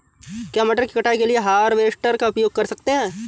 क्या मटर की कटाई के लिए हार्वेस्टर का उपयोग कर सकते हैं?